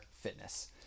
fitness